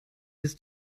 ist